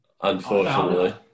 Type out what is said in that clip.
Unfortunately